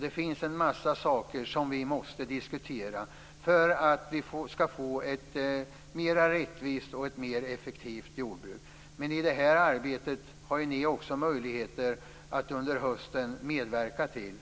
Det finns en mängd frågor att diskutera för att få ett mer rättvist och effektivt jordbruk. Ni har också möjligheter att medverka i det arbetet under hösten.